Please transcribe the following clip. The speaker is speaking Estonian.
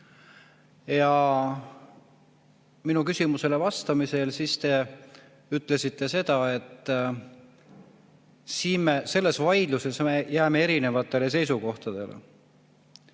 Ja minu küsimusele vastates te ütlesite seda, et me selles vaidluses jääme erinevatele seisukohtadele.